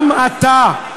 גם אתה,